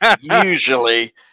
usually